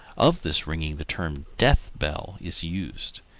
of this ringing the term death-bell is used.